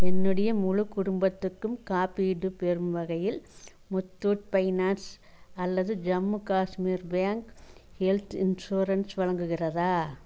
என்னுடைய முழுக் குடும்பத்துக்கும் காப்பீடு பெறும் வகையில் முத்தூட் பைனான்ஸ் அல்லது Jammu Kashmir bank health insurance வழங்குகிறதா